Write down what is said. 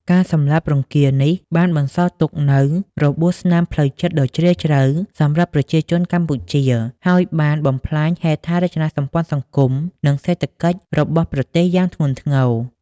ការសម្លាប់រង្គាលនេះបានបន្សល់ទុកនូវរបួសស្នាមផ្លូវចិត្តដ៏ជ្រាលជ្រៅសម្រាប់ប្រជាជនកម្ពុជា ហើយបានបំផ្លាញហេដ្ឋារចនាសម្ព័ន្ធសង្គម និងសេដ្ឋកិច្ចរបស់ប្រទេសយ៉ាងធ្ងន់ធ្ងរ។